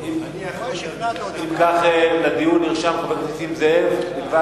אם כך, לדיון נרשם חבר הכנסת נסים זאב.